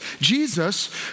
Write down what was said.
Jesus